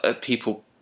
people